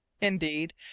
Indeed